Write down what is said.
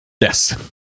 Yes